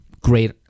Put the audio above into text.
great